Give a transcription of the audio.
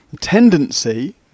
tendency